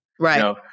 right